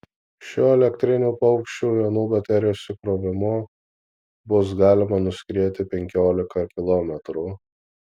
šiuo elektriniu paukščiu vienu baterijos įkrovimu bus galima nuskrieti penkiolika kilometrų